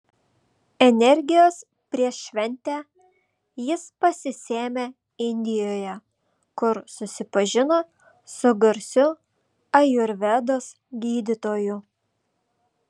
energijos prieš šventę jis pasisėmė indijoje kur susipažino su garsiu ajurvedos gydytoju